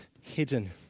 hidden